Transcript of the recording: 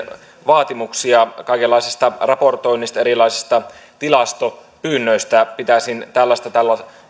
vaatimuksia kaikenlaisesta raportoinnista erilaisista tilastopyynnöistä pitäisin tällaista tällaista